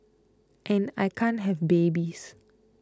and I can't have babies